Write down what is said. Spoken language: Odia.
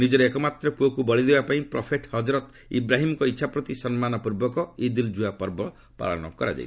ନିକର ଏକ ମାତ୍ର ପୁଅକୁ ବଳି ଦେବା ପାଇଁ ପ୍ରଫେଟ୍ ହଜରତ ଇବ୍ରାହିମ୍ଙ୍କ ଇଚ୍ଛା ପ୍ରତି ସମ୍ମାନ ପୂର୍ବକ ଇଦୁଲ୍ ଜୁହା ପର୍ବ ପାଳନ କରାଯାଇଥାଏ